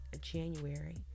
January